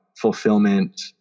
fulfillment